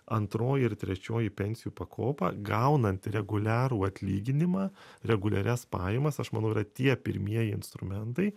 antroji ir trečioji pensijų pakopa gaunant reguliarų atlyginimą reguliarias pajamas aš manau yra tie pirmieji instrumentai